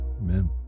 amen